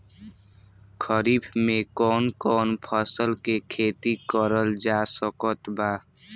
खरीफ मे कौन कौन फसल के खेती करल जा सकत बा?